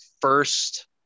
first